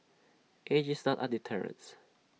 age is not A deterrence